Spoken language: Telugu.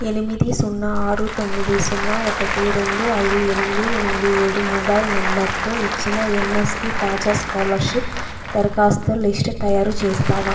ఎనిమిది సున్నా ఆరు తొమ్మిది సున్నా ఒకటి రెండు ఐదు ఎనిమిది ఎనిమిది ఏడు మొబైల్ నంబరుతో ఇచ్చిన యన్యస్పి తాజా స్కాలర్షిప్ దరఖాస్తుల లిస్టు తయారు చేస్తావా